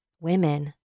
Women